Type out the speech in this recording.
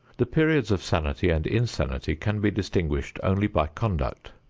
the periods of sanity and insanity can be distinguished only by conduct.